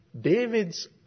David's